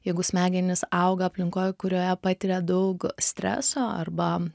jeigu smegenys auga aplinkoje kurioje patiria daug streso arba